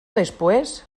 después